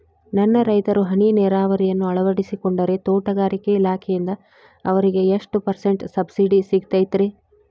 ಸಣ್ಣ ರೈತರು ಹನಿ ನೇರಾವರಿಯನ್ನ ಅಳವಡಿಸಿಕೊಂಡರೆ ತೋಟಗಾರಿಕೆ ಇಲಾಖೆಯಿಂದ ಅವರಿಗೆ ಎಷ್ಟು ಪರ್ಸೆಂಟ್ ಸಬ್ಸಿಡಿ ಸಿಗುತ್ತೈತರೇ?